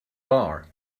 bar